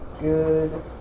Good